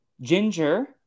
Ginger